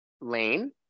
Lane